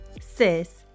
Sis